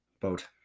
Boat